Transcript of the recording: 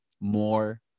more